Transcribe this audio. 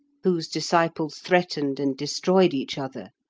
whose disciples threatened and destroyed each other.